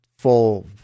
Full